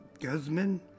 Guzman